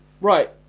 right